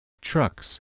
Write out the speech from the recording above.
trucks